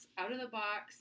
out-of-the-box